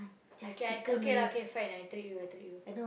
okay lah okay lah fine I treat you I treat you